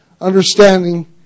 understanding